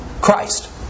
Christ